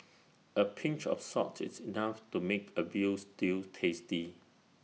A pinch of salt is enough to make A Veal Stew tasty